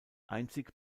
einzig